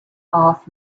off